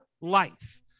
life